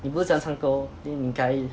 你不是喜欢唱歌咯 then 你应该